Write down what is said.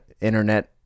internet